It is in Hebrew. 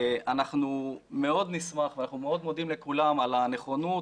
אנחנו מאוד נשמח ואנחנו מאוד מודים לכולם על הנכונות